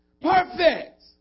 Perfect